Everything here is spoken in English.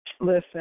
Listen